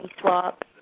Swap